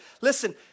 Listen